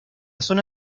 zona